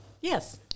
Yes